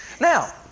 Now